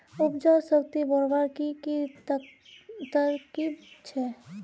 उपजाऊ शक्ति बढ़वार की की तरकीब छे?